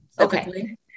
okay